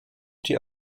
die